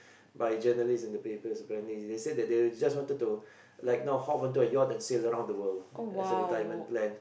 by journalist and the paper apparently they said they just wanted to like you know hop onto a yacht and sail around the world as a retirement plan